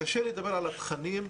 שקשה לדבר על התכנים,